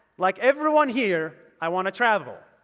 like everyone here, i want to travel.